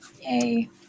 Yay